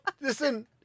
listen